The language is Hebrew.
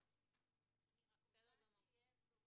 אני רק רוצה שיהיה ברור